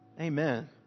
Amen